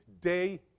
day